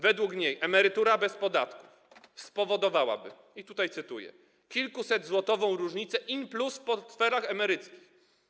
Według niej emerytura bez podatków spowodowałaby, i tutaj cytuję, kilkusetzłotową różnicę in plus w portfelach emeryckich.